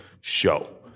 show